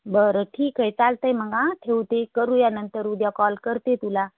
बरं ठीक आहे चालत आहे मग हा ठेवते करूया नंतर उद्या कॉल करते तुला